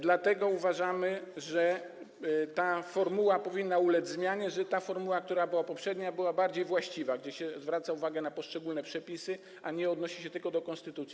Dlatego uważamy, że ta formuła powinna ulec zmianie, że ta formuła, która była poprzednio, była bardziej właściwa, gdzie zwraca się uwagę na poszczególne przepisy, a nie odnosi się tylko do konstytucji.